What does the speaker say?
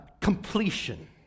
completion